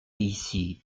ici